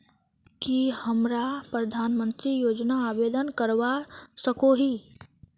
की हमरा प्रधानमंत्री योजना आवेदन करवा सकोही?